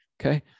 okay